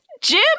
Jim